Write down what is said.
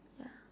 yeah